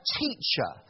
teacher